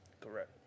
Correct